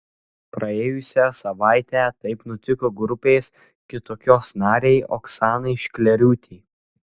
praėjusią savaitę taip nutiko grupės kitokios narei oksanai šklėriūtei